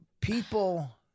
People